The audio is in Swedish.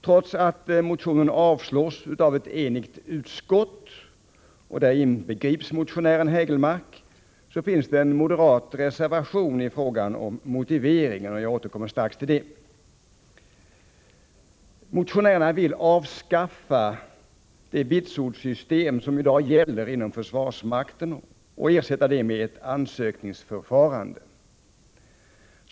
Trots att motionen avstyrks av ett enigt utskott, motionären Eric Hägelmark inbegripen, finns det en moderatreservation i fråga om motiveringen. Jag återkommer strax till denna. Motionärerna vill avskaffa det vitsordssystem som i dag gäller inom försvarsmakten och ersätta det med ett ansökningsförfarande.